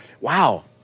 wow